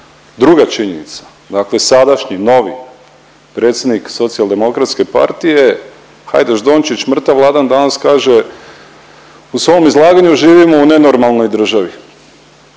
Druga činjenica, dakle sadašnji novi predsjednik Socijaldemokratske partije Hajdaš Dončić mrtav ladan danas kaže u svom izlaganju živimo u nenormalnoj državi.